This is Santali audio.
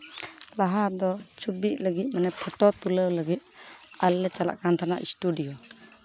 ᱞᱟᱦᱟ ᱫᱚ ᱪᱷᱚᱵᱤᱜ ᱞᱟᱹᱜᱤᱫ ᱢᱟᱱᱮ ᱯᱷᱳᱴᱳ ᱛᱩᱞᱟᱹᱣ ᱞᱟᱹᱜᱤᱫ ᱟᱞᱮ ᱞᱮ ᱪᱟᱞᱟᱜ ᱠᱟᱱ ᱛᱟᱦᱮᱱᱟ ᱥᱴᱩᱰᱤᱭᱳ